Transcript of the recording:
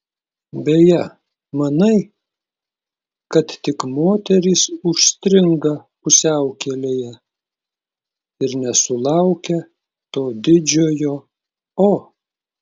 beje manai kad tik moterys užstringa pusiaukelėje ir nesulaukia to didžiojo o